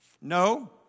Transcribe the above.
No